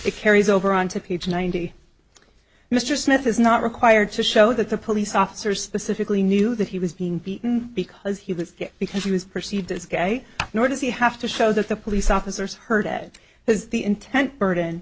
it carries over on to page ninety mr smith is not required to show that the police officer specifically knew that he was being beaten because he was because he was perceived as guy nor does he have to show that the police officers heard it has the intent burden